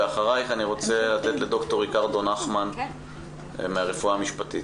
אחריך אני רוצה לתת לד"ר ריקרדו נחמן מהרפואה המשפטית.